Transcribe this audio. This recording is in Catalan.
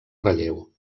relleu